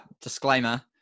disclaimer